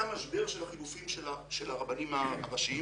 היה משבר של החילופים של הרבנים הראשיים.